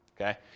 okay